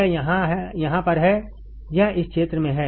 यह यहाँ पर है यह इस क्षेत्र में है